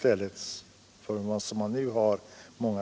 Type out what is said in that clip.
till fortsatt sparande.